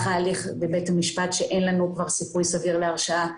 ההליך בבית המשפט שאין לנו כבר סיכוי סביר להרשעה.